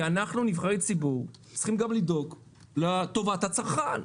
אנחנו נבחרי הציבור צריכים לדאוג גם לטובת הצרכן.